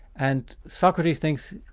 and socrates thinks,